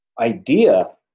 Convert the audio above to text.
idea